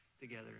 together